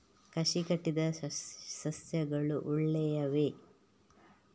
ಕಸಿ ಕಟ್ಟಿದ ಸಸ್ಯಗಳು ಒಳ್ಳೆಯವೇ?